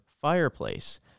fireplace